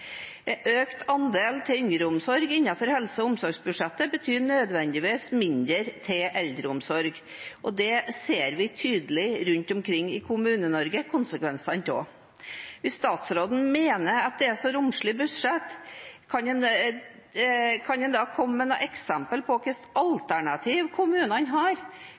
Økt andel til yngreomsorg innenfor helse- og omsorgsbudsjettet betyr nødvendigvis mindre til eldreomsorg, og det ser vi tydelig konsekvensene av rundt omkring i Kommune-Norge. Hvis statsråden mener at det er så romslige budsjetter, kan han da komme med noen eksempler på hvilke alternativer kommunene har